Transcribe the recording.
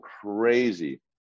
crazy